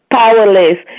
powerless